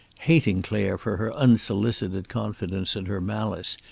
hating clare for her unsolicited confidence and her malice,